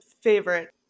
Favorite